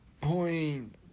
point